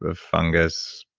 ah fungus,